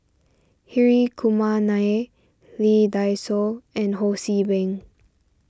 Hri Kumar Nair Lee Dai Soh and Ho See Beng